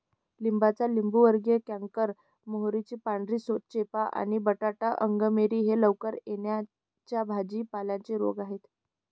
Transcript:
लिंबाचा लिंबूवर्गीय कॅन्कर, मोहरीची पांढरी चेपा आणि बटाटा अंगमेरी हे लवकर येणा या भाजी पाल्यांचे रोग आहेत